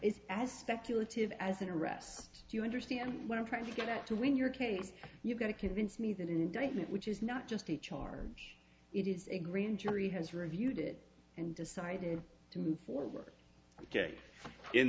it's as speculative as an arrest do you understand what i'm trying to get out to in your case you've got to convince me that indictment which is not just a charm it is a grand jury has reviewed it and decided to move forward